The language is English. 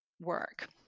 work